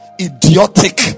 Idiotic